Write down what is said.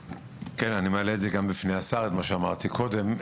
אני מעלה את זה גם בפני השר, את מה שאמרתי קודם.